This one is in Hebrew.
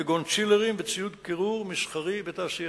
כגון צ'ילרים וציוד קירור מסחרי ותעשייתי.